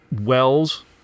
Wells